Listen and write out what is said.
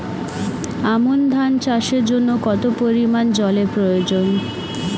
আমন ধান চাষের জন্য কত পরিমান জল এর প্রয়োজন?